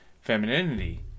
femininity